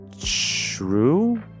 True